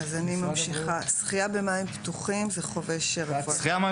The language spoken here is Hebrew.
אני ממשיכה: שחיה במים פתוחים + שחייה במים